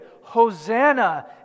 Hosanna